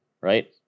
right